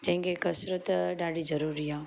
जंहिंखे कसरत ॾाढी ज़रूरी आहे